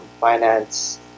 finance